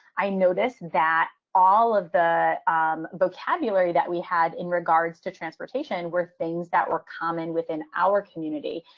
i noticed that all of the vocabulary that we had in regards to transportation were things that were common within our community.